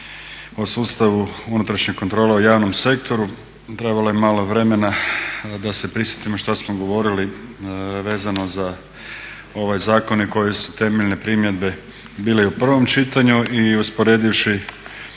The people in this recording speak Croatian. o sustavu unutrašnje kontrole u javnom sektoru. Trebalo je malo vremena da se prisjetimo što smo govorili vezano za ove zakone koje su temeljne primjedbe bile i u prvom čitanju. I usporedivši